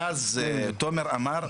ואז תומר אמר,